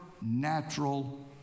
natural